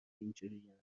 اینجورین